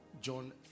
John